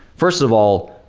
first of all,